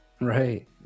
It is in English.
right